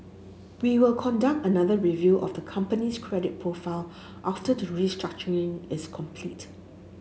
we will conduct another review of the company's credit profile after the restructuring is complete